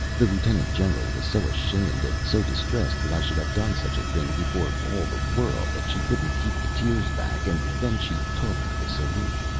the lieutenant-general was so ashamed, and so distressed that i should have done such a thing before all the world, that she couldn't keep the tears back and then she taught me the salute,